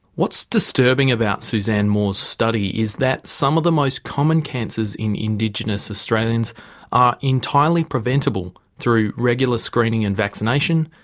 what's disturbing about suzanne moore's study is that some of the most common cancers in indigenous australians are entirely preventable through regular screening and vaccination,